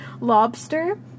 Lobster